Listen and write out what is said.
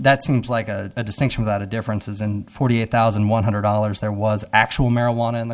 that seems like a distinction without a difference is in forty eight thousand one hundred dollars there was actual marijuana in the